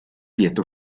lieto